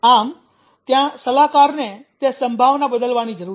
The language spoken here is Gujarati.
આમ ત્યાં સલાહકારને તે સંભાવના બદલવાની જરૂર છે